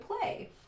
play